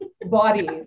body